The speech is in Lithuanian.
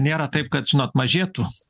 nėra taip kad žinot mažėtų